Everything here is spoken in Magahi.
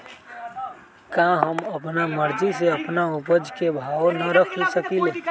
का हम अपना मर्जी से अपना उपज के भाव न रख सकींले?